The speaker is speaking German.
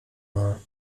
mal